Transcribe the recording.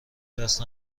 دست